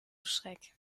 schreck